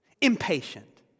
impatient